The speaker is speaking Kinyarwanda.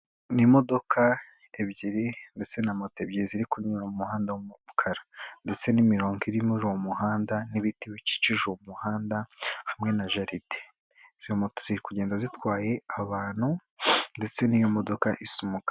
Ni imodoka ebyiri ndetse na moto ebyiri ziri kunyura mu muhanda w'umukara ndetse n'imirongo iri muri uwo muhanda n'ibiti bikikije uwo muhanda, hamwe na jaride, izo moto ziri kugenda zitwaye abantu ndetse n'iyo modoka isa umuka...